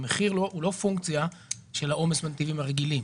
המחיר הוא לא פונקציה של העומס בנתיבים הרגילים